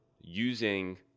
using